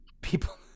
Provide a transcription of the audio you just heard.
people